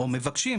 או מבקשים,